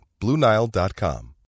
BlueNile.com